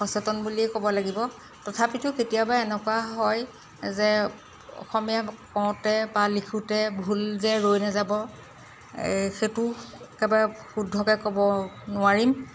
সচেতন বুলিয়েই ক'ব লাগিব তথাপিতো কেতিয়াবা এনেকুৱা হয় যে অসমীয়া কওঁতে বা লিখোঁতে ভুল যে ৰৈ নাযাব সেইটো একেবাৰে শুদ্ধকৈ ক'ব নোৱাৰিম